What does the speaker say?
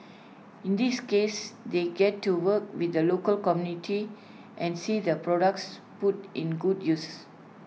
in this case they get to work with the local community and see their products put in good uses